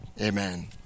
Amen